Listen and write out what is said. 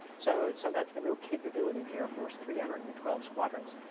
so so that's the real capability of the air force three hundred and twelve squadrons.